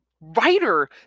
writer